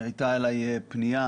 שהייתה אלי פנייה